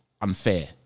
unfair